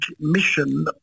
mission